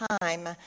time